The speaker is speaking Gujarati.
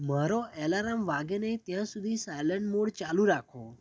મારો એલારામ વાગે નહીં ત્યાં સુધી સાયલન્ટ મોડ ચાલુ રાખો